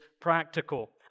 practical